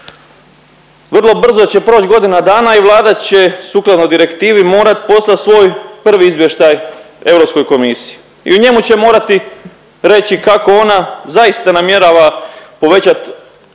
Vrlo brzo će proći godina dana i Vlada će sukladno direktivi morat poslat svoj prvi izvještaj Europskoj komisiji i u njemu će morati reći kako ona zaista namjerava povećat